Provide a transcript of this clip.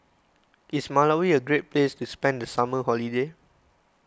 is Malawi a great place to spend the summer holiday